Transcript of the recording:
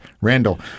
Randall